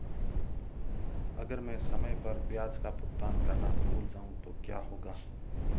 अगर मैं समय पर ब्याज का भुगतान करना भूल जाऊं तो क्या होगा?